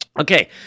Okay